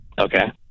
okay